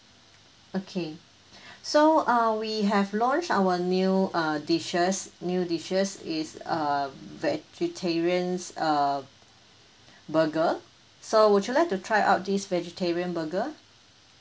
okay so uh we have launch our new uh dishes new dishes is um vegetarian err burger so would you like to try out this vegetarian burger